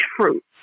fruit